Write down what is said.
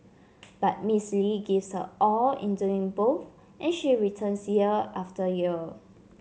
but Miss Lee gives her all in doing both and she returns year after year